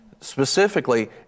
specifically